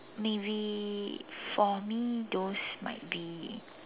maybe for me those might be